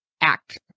act